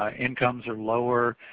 ah incomes are lower,